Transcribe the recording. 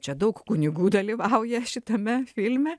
čia daug kunigų dalyvauja šitame filme